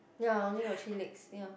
ya only got three legs ya